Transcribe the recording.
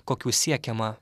kokių siekiama